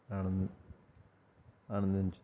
ఆనందిం ఆనందించింది